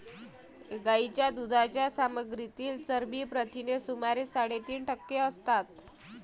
गायीच्या दुधाच्या सामग्रीतील चरबी प्रथिने सुमारे साडेतीन टक्के असतात